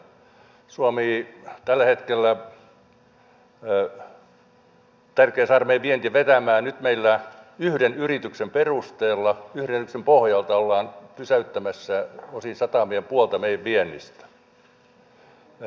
suomessa tällä hetkellä on tärkeää saada meidän vienti vetämään ja nyt meillä yhden yrityksen perusteella yhden yrityksen pohjalta ollaan pysäyttämässä osin satamia ja puolta meidän viennistä